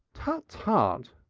tut, tut!